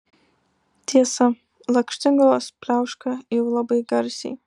tiesa lakštingalos pliauška jau labai garsiai